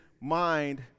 mind